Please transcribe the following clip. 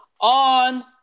on